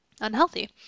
unhealthy